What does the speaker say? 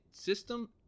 system